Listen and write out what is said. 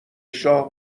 شاه